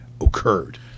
occurred